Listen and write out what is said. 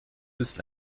ist